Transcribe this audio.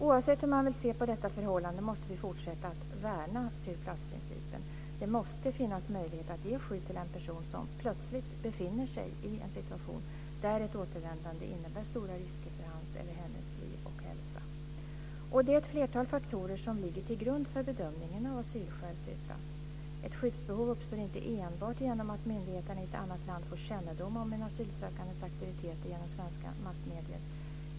Oavsett hur man vill se på detta förhållande måste vi fortsätta att värna sur place-principen. Det måste finnas möjlighet att ge skydd till en person som plötsligt befinner sig i en situation där ett återvändande innebär stora risker för hans eller hennes liv och hälsa. Det är ett flertal faktorer som ligger till grund för bedömningen av asylskäl sur place. Ett skyddsbehov uppstår inte enbart genom att myndigheterna i ett annat land får kännedom om en asylsökandes aktiviteter genom svenska massmedier.